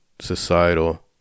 societal